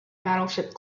battleship